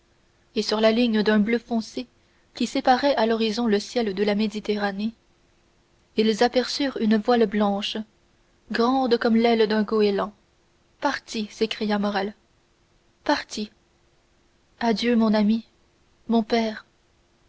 et sur la ligne d'un bleu foncé qui séparait à l'horizon le ciel de la méditerranée ils aperçurent une voile blanche grande comme l'aile d'un goéland parti s'écria morrel parti adieu mon ami mon père